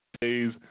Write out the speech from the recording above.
days